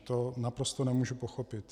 To naprosto nemůžu pochopit.